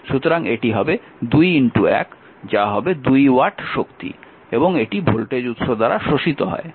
সুতরাং এটি 2 1 হবে যা 2 ওয়াট শক্তি এবং এটি ভোল্টেজ উৎস দ্বারা শোষিত হয়